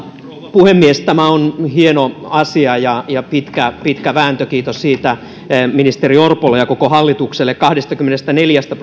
puhemies tämä on hieno asia ja tämä on ollut pitkä vääntö kiitos siitä ministeri orpolle ja koko hallitukselle kahdestakymmenestäneljästä